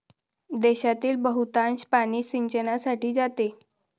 देशातील बहुतांश पाणी सिंचनासाठी जाते